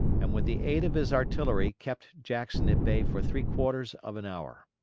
and with the aid of his artillery kept jackson at bay for three-quarters of an hour.